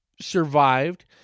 survived